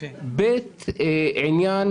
ובי"ת עניין